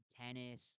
tennis